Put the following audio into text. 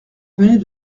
venait